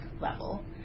level